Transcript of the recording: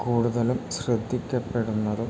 കൂടുതലും ശ്രദ്ധിക്കപ്പെടുന്നതും